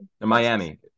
Miami